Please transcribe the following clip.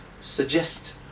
suggest